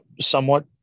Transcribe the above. somewhat